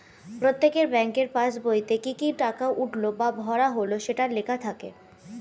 প্রত্যেকের ব্যাংকের পাসবইতে কি কি টাকা উঠলো বা ভরা হলো সেটা লেখা থাকে